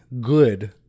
good